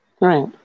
right